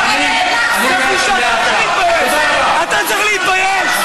אני, אתה צריך להתבייש.